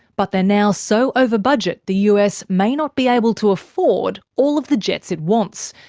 but they're now so over budget, the us may not be able to afford all of the jets it wants,